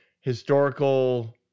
historical